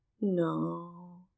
No